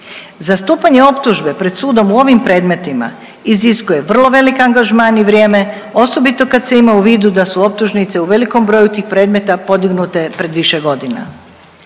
Zastupanje optužbe pred sudom u ovim predmetima iziskuje vrlo veliki angažman i vrijeme osobito kad se ima u vidu da su optužnice u velikom broju tih predmeta podignute pred više godina.